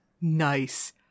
Nice